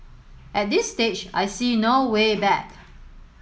at this stage I see no way back